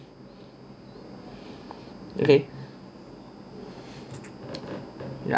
okay